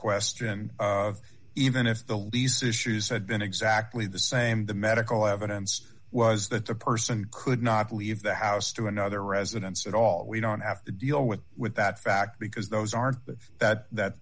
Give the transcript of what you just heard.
question even if the lease issues had been exactly the same the medical evidence was that the person could not leave the house to another residence and all we don't have to deal with with that fact because those are the that